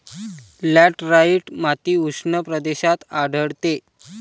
laterite माती उष्ण प्रदेशात आढळते